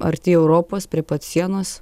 arti europos prie pat sienos